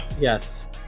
yes